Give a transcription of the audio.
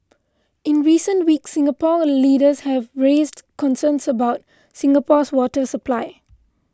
in recent weeks Singapore leaders have raised concerns about Singapore's water supply